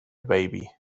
baby